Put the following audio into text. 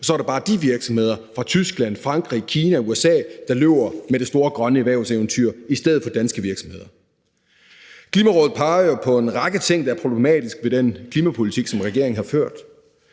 og så er det bare de virksomheder fra Tyskland, Frankrig, Kina, USA, der løber med det store grønne erhvervseventyr i stedet for danske virksomheder. Klimarådet peger jo på en række ting, der er problematiske ved den klimapolitik, som regeringen har ført.